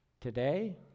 today